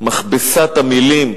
מכבסת המלים,